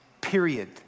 period